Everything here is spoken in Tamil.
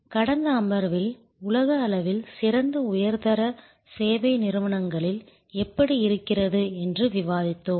கடந்த அமர்வில் உலக அளவில் சிறந்த உயர்தர சேவை நிறுவனங்களில் எப்படி இருக்கிறது என்று விவாதித்தோம்